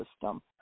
system